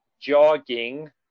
jogging